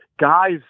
guys